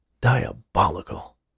Diabolical